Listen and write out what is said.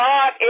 God